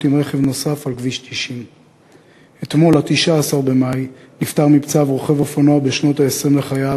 בשבוע שבין 13 ו-20 במאי התרחשו ארבע תאונות קטלניות,